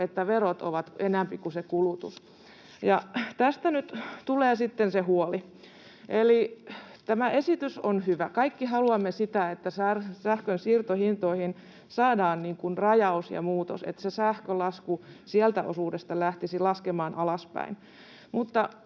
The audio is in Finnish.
että verot ovat enempi kuin se kulutus, ja tästä nyt tulee se huoli. Eli tämä esitys on hyvä: kaikki haluamme sitä, että sähkön siirtohintoihin saadaan rajaus ja muutos, että sähkölasku sieltä osuudesta lähtisi laskemaan alaspäin,